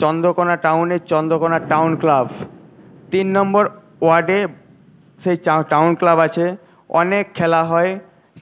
চন্দ্রকোণা টাউনে Chandrakona town club তিন number ওয়ার্ডে সে টাউন ক্লাব আছে অনেক খেলা হয়